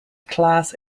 class